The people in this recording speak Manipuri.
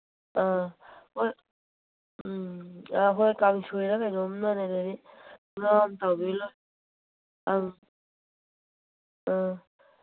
ꯑꯥ ꯍꯣꯏ ꯎꯝ ꯑꯥ ꯍꯣꯏ ꯀꯥꯡꯁꯣꯏꯂ ꯀꯩꯅꯣꯝ ꯉꯥ ꯑꯃ ꯇꯥꯎꯗꯣꯏꯅꯤꯅ ꯑꯪ ꯑꯥ